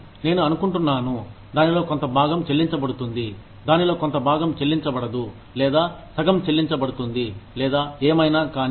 కానీ నేను అనుకుంటున్నాను దానిలో కొంత భాగం చెల్లించబడుతుంది దానిలో కొంత భాగం చెల్లించబడదు లేదా సగం చెల్లించబడుతుంది లేదా ఏమైనా